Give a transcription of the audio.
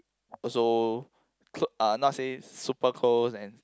also cl~ uh not say super close and